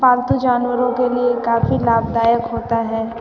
पालतू जानवरों के लिए काफ़ी लाभदायक होता है